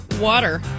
Water